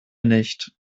nicht